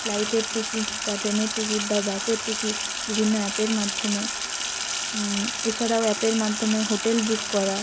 ফ্লাইটের টিকিট বা ট্রেনের টিকিট বা বাসের টিকিট বিভিন্ন অ্যাপের মাধ্যমে এছাড়াও অ্যাপের মাধ্যমে হোটেল বুক করা